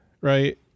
right